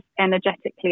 energetically